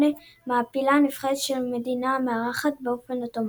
1938 מעפילה הנבחרת של המדינה המארחת באופן אוטומטי.